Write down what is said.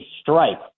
strike